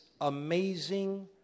amazing